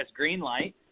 Greenlight